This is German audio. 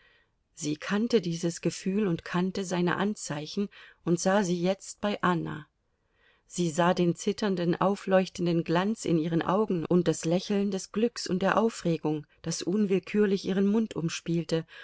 sie kannte dieses gefühl und kannte seine anzeichen und sah sie jetzt bei anna sie sah den zitternden aufleuchtenden glanz in ihren augen und das lächeln des glücks und der aufregung das unwillkürlich ihren mund umspielte